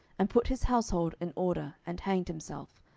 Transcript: and put his household in order, and hanged himself,